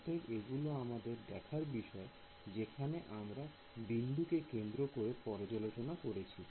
অতএব এগুলোই আমাদের দেখার বিষয় যেখানে আমরা বিন্দু কে কেন্দ্র করে পর্যালোচনা করছি